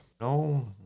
No